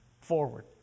forward